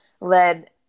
led